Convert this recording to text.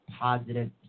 positive